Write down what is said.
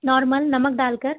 normal नमक डालकर